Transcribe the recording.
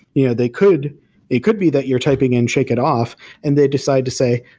yeah they could it could be that you're typing in shake it off and they decide to say,